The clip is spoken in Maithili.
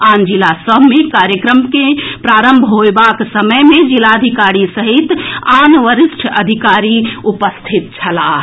आन जिला सभ मे कार्यक्रमक प्रारंभ होएबाक समय मे जिलाधिकारी सहित आन वरिष्ठ अधिकारी उपस्थित छलाह